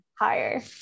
higher